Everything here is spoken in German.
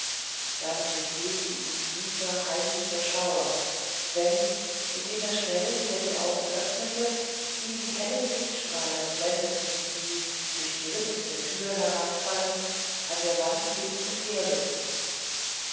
dann durchbebten ihn süße heimliche schauer wenn indem er schnell wieder die augen öffnete ihn die hellen lichtstrahlen blendeten die durch die ritzen der türe hereinfallend an der wand hin und her hüpften